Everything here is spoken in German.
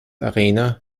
arena